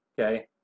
okay